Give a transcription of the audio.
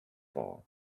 ball